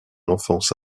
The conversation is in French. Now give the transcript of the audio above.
enfance